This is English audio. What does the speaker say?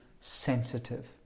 sensitive